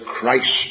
Christ